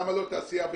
למה לא תעשייה וניהול?